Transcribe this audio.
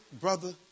brother